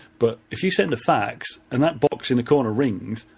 but if you send a fax, and that box in the corner rings,